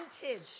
Vintage